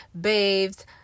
bathed